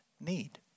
need